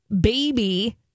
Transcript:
Baby